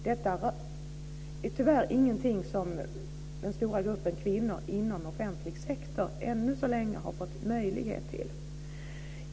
Detta är tyvärr ingenting som den stora gruppen kvinnor inom offentlig sektor ännu så länge har fått möjlighet till.